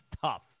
tough